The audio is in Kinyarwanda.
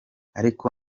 ariko